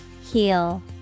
Heal